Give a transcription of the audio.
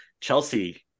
Chelsea